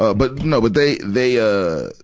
ah but, no. but they, they, ah,